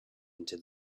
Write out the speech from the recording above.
into